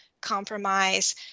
compromise